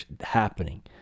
happening